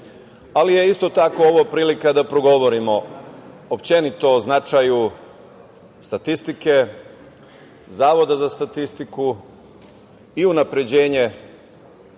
ali je isto tako ovo prilika da progovorimo uopšte o značaju statistike, Zavoda za statistiku i unapređenje